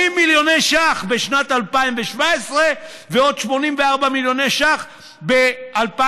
80 מיליוני ש"ח בשנת 2017 ועוד 84 מיליוני ש"ח ב-2018?